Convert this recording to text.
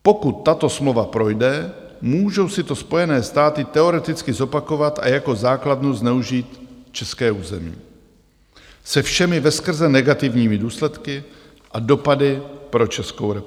Pokud tato smlouva projde, můžou si to Spojené státy teoreticky zopakovat a jako základnu zneužít české území, se všemi veskrze negativními důsledky a dopady pro Českou republiku.